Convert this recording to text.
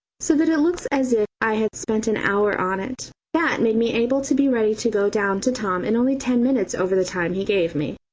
so that it looks as if i had spent an hour on it. that made me able to be ready to go down to tom in only ten minutes over the time he gave me.